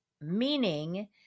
meaning